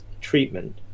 treatment